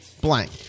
Blank